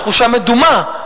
תחושה מדומה,